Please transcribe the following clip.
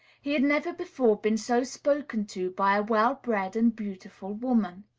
he had never before been so spoken to by a well-bred and beautiful woman.